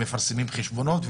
מפרסמים חשבונות.